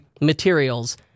materials